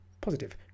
Positive